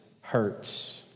hurts